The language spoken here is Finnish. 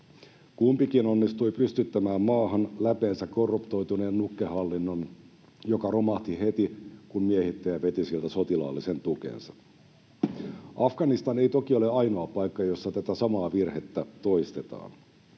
Kumpikin onnistui pystyttämään maahan läpeensä korruptoituneen nukkehallinnon, joka romahti heti, kun miehittäjä veti siltä sotilaallisen tukensa. Afganistan ei toki ole ainoa paikka, jossa tätä samaa virhettä toistetaan.